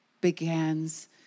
begins